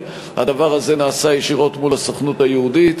הדבר הזה נעשה ישירות מול הסוכנות היהודית.